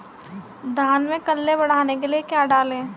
धान में कल्ले बढ़ाने के लिए क्या डालें?